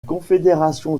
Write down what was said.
confédération